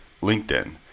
LinkedIn